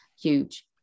huge